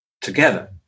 together